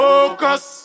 Focus